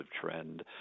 trend